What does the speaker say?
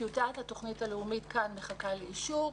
טיוטת התוכנית הלאומית מחכה לאישור,